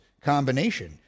combination